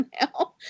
now